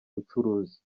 ubucuruzi